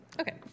okay